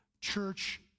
church